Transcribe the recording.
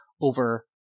over